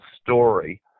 story